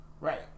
Right